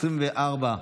24),